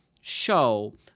show